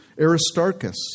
Aristarchus